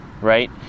right